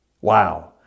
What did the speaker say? Wow